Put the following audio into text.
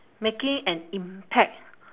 making an impact